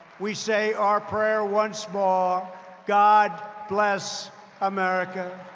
we say our prayer once more god bless america,